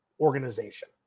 organization